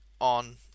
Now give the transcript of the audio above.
on